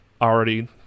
already